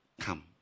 Come